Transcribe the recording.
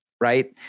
Right